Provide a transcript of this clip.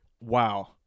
Wow